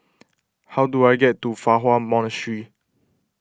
how do I get to Fa Hua Monastery